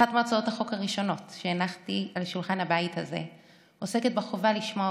אחת מהצעות החוק הראשונות שהנחתי על שולחן הבית הזה עוסקת בחובה לשמוע